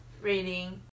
reading